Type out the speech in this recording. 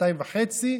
שנתיים וחצי,